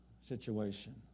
situation